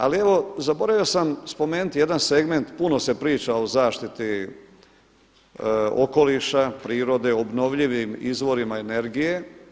Ali evo zaboravio sam spomenuti jedan segment, puno se priča o zaštiti okoliša, prirode, obnovljivim izvorima energije.